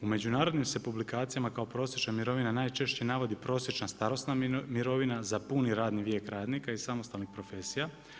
U međunarodnim se publikacijama kao prosječna mirovina najčešće navodi prosječna starosna mirovina za puni radni vijek radnika i samostalnih profesija.